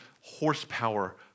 horsepower